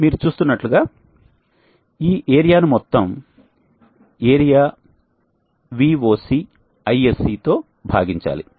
మీరు చూస్తున్నట్లుగా ఈ ఏరియాను మొత్తం ఏరియా Voc Isc తో భాగించాలి